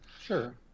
Sure